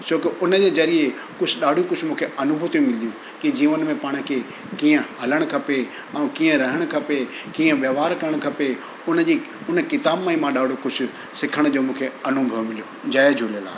छोकी उन जे ज़रिये कुझु ॾाढियूं कुझु मूंखे अनुभूतियूं मिलियूं की जीवन में पाण खे कीअं हलणु खपे ऐं कीअं रहणु खपे कीअं वहिंवारु करणु खपे उन जी उन किताब मां ई मां ॾाढो कुझु सिखण जो मूंखे अनुभव मिलियो जय झूलेलाल